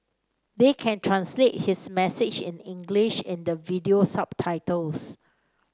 they can translate his message in English in the video subtitles